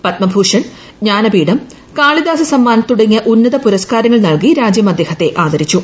പത്മഭൂഷ്ട്ൺ ജ്ഞാനപീഠം കാളിദാസ സമ്മാൻ തുടങ്ങിയ ഉന്നത പ്രൂപുരിസ്കാരങ്ങൾ നൽകി രാജ്യം അദ്ദേഹത്തെ ആദരിച്ചു